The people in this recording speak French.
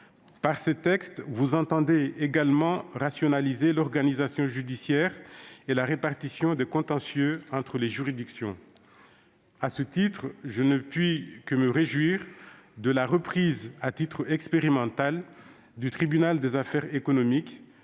garde des sceaux, vous entendez également rationaliser l'organisation judiciaire et la répartition des contentieux entre les juridictions. À cet égard, je ne puis que me réjouir de la reprise, à titre expérimental, du tribunal des activités économiques,